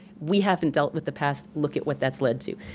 we haven't dealt with the past, look at what that's led to.